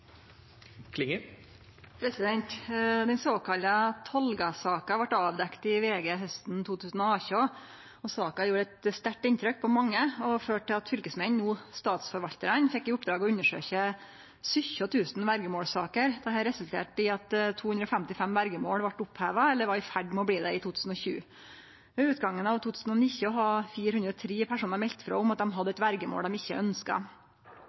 Den såkalla Tolga-saka vart avdekt i VG hausten 2018. Saka gjorde eit sterkt inntrykk på mange og førte til at fylkesmenn, no statsforvaltarar, fekk i oppdrag å undersøkje 17 000 verjemålssaker. Dette resulterte i at 255 verjemål vart oppheva eller var i ferd med å bli det i 2020. Ved utgangen av 2019 hadde 403 personar meldt frå om at dei hadde eit verjemål dei ikkje